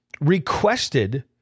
requested